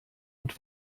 und